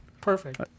perfect